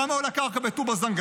כמה עולה קרקע בטובא-זנגרייה?